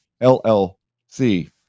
LLC